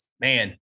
man